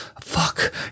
Fuck